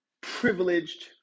privileged